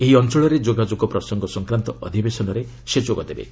ଏହି ଅଞ୍ଚଳରେ ଯୋଗାଯୋଗ ପ୍ରସଙ୍ଗ ସଂକ୍ରାନ୍ତ ଅଧିବେଶନରେ ସେ ଯୋଗଦେବେ